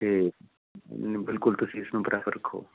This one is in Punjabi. ਅਤੇ ਬਿਲਕੁਲ ਤੁਸੀਂ ਇਸਨੂੰ ਪ੍ਰੈਫਰ ਰੱਖੋ